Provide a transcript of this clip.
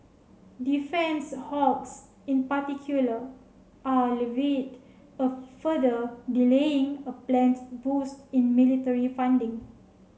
defence hawks in particular are livid at further delaying a planned boost in military funding